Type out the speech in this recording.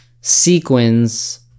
sequins